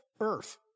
Earth